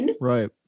Right